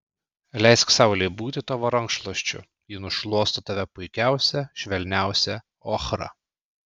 leisk saulei būti tavo rankšluosčiu ji nušluosto tave puikiausia švelniausia ochra